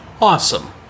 Awesome